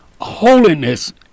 holiness